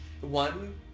One